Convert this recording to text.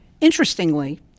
Interestingly